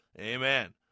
Amen